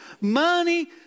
Money